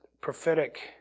prophetic